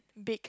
peck